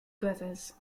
brothers